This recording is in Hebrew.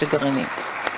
כל